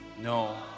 No